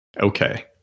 Okay